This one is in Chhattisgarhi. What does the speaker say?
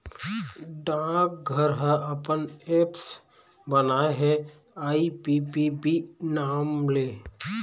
डाकघर ह अपन ऐप्स बनाए हे आई.पी.पी.बी नांव ले